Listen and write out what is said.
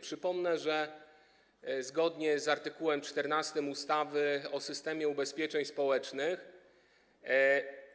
Przypomnę, że zgodnie z art. 14 ustawy o systemie ubezpieczeń społecznych